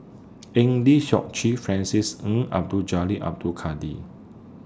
Eng Lee Seok Chee Francis Ng Abdul Jalil Abdul Kadir